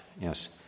Yes